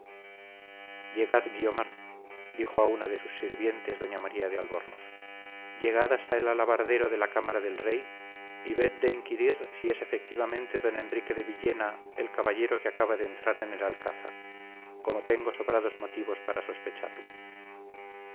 llegad guiomar dijo a una de sus sirvientes doña maría de albornoz llegad hasta el alabardero de la cámara del rey y ved de inquirir si es efectivamente don enrique de villena el caballero que acaba de entrar en el alcázar como tengo sobrados motivos para sospecharlo